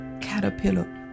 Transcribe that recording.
caterpillar